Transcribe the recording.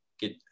get